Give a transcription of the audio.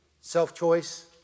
self-choice